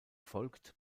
folgt